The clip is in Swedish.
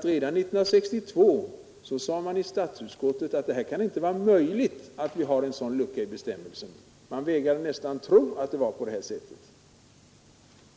Redan 1962 sade man nämligen i statsutskottet: det kan inte vara möjligt att vi har en sådan lucka i bestämmelserna. Man vägrade nästan tro att det var på det här sättet.